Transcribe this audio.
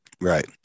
Right